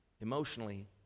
emotionally